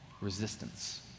resistance